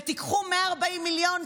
ותיקחו 140 מיליון,